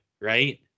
right